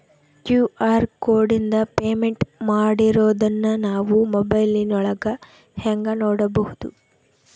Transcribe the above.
QR ಕೋಡಿಂದ payment ಮಾಡಿರೋದನ್ನ ನಾವು ಮೊಬೈಲಿನೊಳಗ ಹೆಂಗ ನೋಡಬಹುದು?